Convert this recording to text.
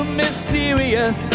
mysterious